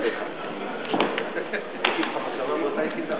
אדוני היושב-ראש, יש סברה שחתולי רחוב מיטיבים